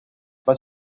pas